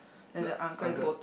the uncle